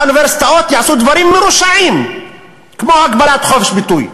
האוניברסיטאות יעשו דברים מרושעים כמו הגבלת חופש הביטוי.